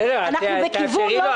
בסדר, תאפשרי לו.